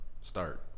start